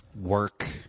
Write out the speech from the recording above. work